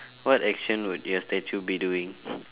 what action would your statue be doing